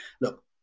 look